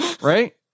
Right